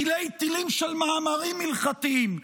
תילי-תילים של מאמרים הלכתיים,